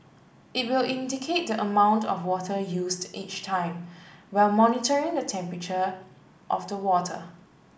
it will indicate the amount of water used each time while monitoring the temperature of the water